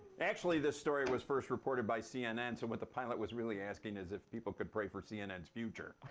actually, this story was first reported by cnn. so what the pilot was really asking is if people could pray for cnn's future.